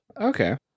Okay